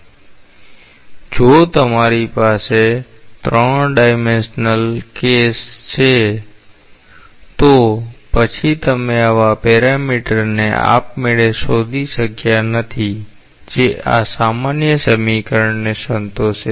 તેથી જો તમારી પાસે 3 ડાયમેન્શ્યલ કેસ હોય તો પછી તમે આવા પેરામીટરને આપમેળે શોધી શક્યા નથી જે આ સામાન્ય સમીકરણને સંતોષે છે